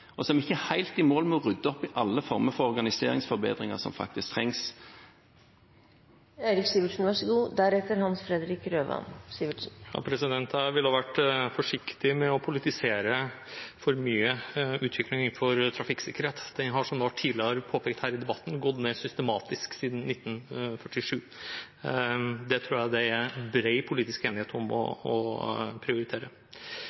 Og så er vi ikke helt i mål med å rydde opp i alle former for organiseringsforbedringer som faktisk trengs. Jeg ville ha vært forsiktig med å politisere for mye om utviklingen for trafikksikkerhet. Den har, som tidligere påpekt her i debatten, gått ned systematisk siden 1947. Det tror jeg det er bred politisk enighet om